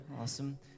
Awesome